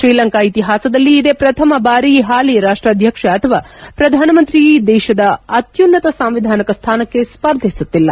ಶ್ರೀಲಂಕಾ ಇತಿಹಾಸದಲ್ಲಿ ಇದೇ ಪ್ರಥಮ ಬಾರಿ ಹಾಲಿ ರಾಷ್ಟಾಧ್ಯಕ್ಷ ಅಥವಾ ಶ್ರಧಾನ ಮಂತ್ರಿ ದೇಶದ ಅತ್ಯುನ್ನತ ಸಾಂವಿಧಾನಿಕ ಸ್ಥಾನಕ್ಕೆ ಸ್ಪರ್ಧಿಸುತ್ತಿಲ್ಲ